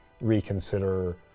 reconsider